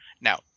Now